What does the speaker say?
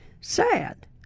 sad